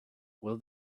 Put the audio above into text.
will